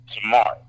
tomorrow